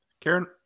Karen